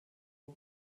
and